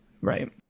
right